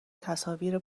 تصاویر